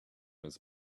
his